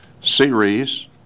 series